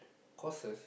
costs